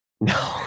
No